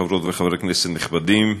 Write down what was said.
חברות וחברי כנסת נכבדים,